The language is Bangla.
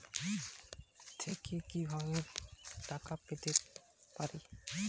ইন্দিরা আবাস প্রকল্প থেকে কি ভাবে টাকা পেতে পারি?